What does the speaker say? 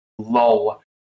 lull